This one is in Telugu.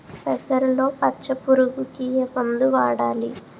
పెసరలో పచ్చ పురుగుకి ఏ మందు వాడాలి?